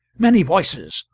many voices.